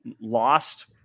lost